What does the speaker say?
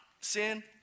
Sin